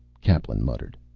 kaplan muttered.